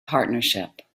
partnership